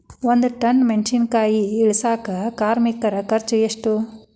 ಒಂದ್ ಟನ್ ಮೆಣಿಸಿನಕಾಯಿ ಇಳಸಾಕ್ ಕಾರ್ಮಿಕರ ಖರ್ಚು ಎಷ್ಟು?